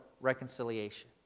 reconciliation